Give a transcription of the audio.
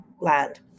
land